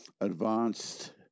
advanced